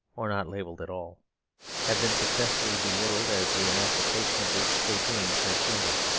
or not labelled at all have been successfully belittled as the emancipation of which they dreamed has dwindled.